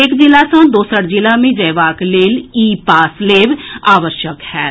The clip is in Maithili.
एक जिला सँ दोसर जिला मे जएबाक लेल ई पास लेब आवश्यक होएत